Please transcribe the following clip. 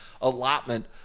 allotment